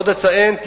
עוד אציין,